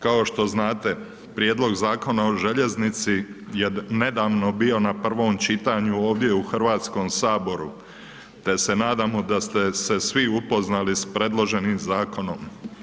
Kao što znate, prijedlog Zakona o željeznici je nedavno bio na prvom čitanju ovdje u HS-u te se nadamo da ste se svi upoznali s predloženim zakonom.